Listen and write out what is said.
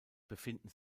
befinden